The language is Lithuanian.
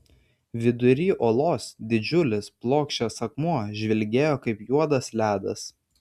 vidury olos didžiulis plokščias akmuo žvilgėjo kaip juodas ledas